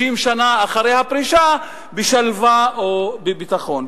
30 השנה אחרי הפרישה בשלווה ובביטחון.